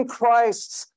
Christ's